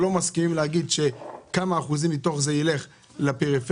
לא מסכימים להגיד כמה אחוזים מתוך זה ילך לפריפריה.